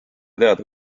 teada